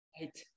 Right